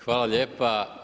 Hvala lijepo.